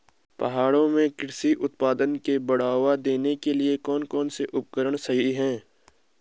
पहाड़ों में कृषि उत्पादन को बढ़ावा देने के लिए कौन कौन से उपकरण सही हैं?